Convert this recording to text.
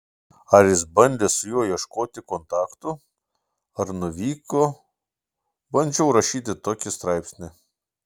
ar jis bandė su juo ieškoti kontaktų ar nuvyko bandžiau rašyti tokį straipsnį